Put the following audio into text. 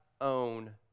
own